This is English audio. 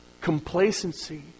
Complacency